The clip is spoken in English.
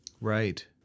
Right